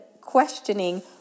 questioning